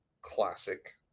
classic